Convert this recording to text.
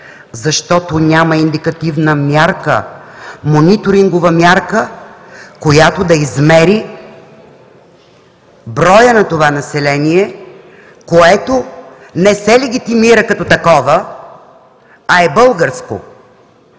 Защото няма индикативна мярка, мониторингова мярка, която да измери броя на това население, което не се легитимира като такова, а е българско,